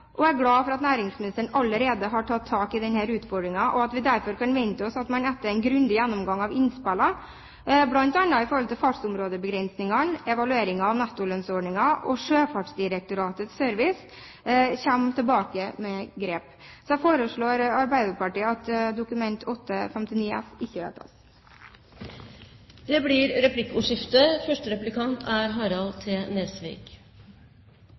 konkurransevilkårene. Jeg er glad for at næringsministeren allerede har tatt tak i denne utfordringen. Vi kan derfor vente oss at man etter en grundig gjennomgang av innspillene, bl.a. knyttet til fartsområdebegrensningene, evalueringen av nettolønnsordningen og Sjøfartsdirektoratets service, kommer tilbake med grep. Arbeiderpartiet foreslår at Dokument 8:59 S ikke vedtas. Det blir replikkordskifte. Jeg har to korte spørsmål. Synes representanten Botten at det er